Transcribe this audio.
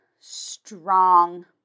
strong